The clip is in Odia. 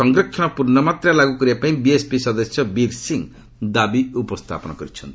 ସଂରକ୍ଷଣ ପୂର୍ଣ୍ଣମାତ୍ରାରେ ଲାଗୁ କରିବା ପାଇଁ ବିଏସ୍ପି ସଦସ୍ୟ ବୀର ସିଂ ଦାବି ଉପସ୍ଥାପନ କର୍ଚ୍ଚନ୍ତି